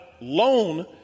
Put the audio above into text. loan